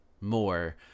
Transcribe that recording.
more